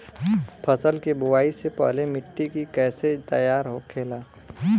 फसल की बुवाई से पहले मिट्टी की कैसे तैयार होखेला?